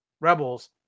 Rebels